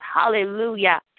Hallelujah